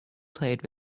played